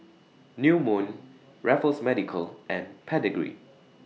New Moon Raffles Medical and Pedigree